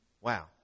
Wow